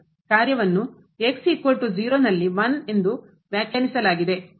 ಕಾರ್ಯವನ್ನು ನಲ್ಲಿ ಎಂದು ವ್ಯಾಖ್ಯಾನಿಸಲಾಗಿದೆ